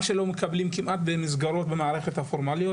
מה שלא מקבלים כמעט במסגרות במערכת הפורמלית.